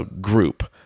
group